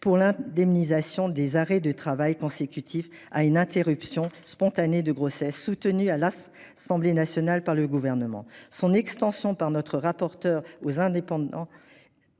pour l'indemnisation des arrêts de travail consécutifs à une interruption spontanée de grossesse, soutenue à l'Assemblée nationale par le Gouvernement. Son extension aux indépendants,